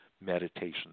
meditation